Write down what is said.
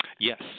Yes